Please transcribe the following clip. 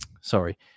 sorry